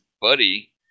buddy